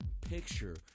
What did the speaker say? picture